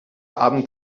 abend